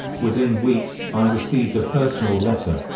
within weeks, i received a personal letter.